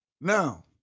now